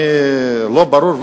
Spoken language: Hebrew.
לא ברור,